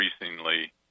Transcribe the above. increasingly